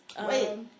Wait